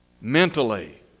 mentally